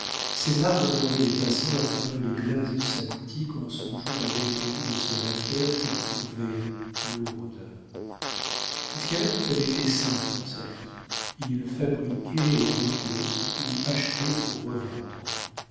césar regardait les passants à travers les glaces de sa boutique en songeant à l'étendue de ses affaires qu'il trouvait lourdes jusqu'alors tout avait été simple dans sa vie il fabriquait et vendait ou achetait pour revendre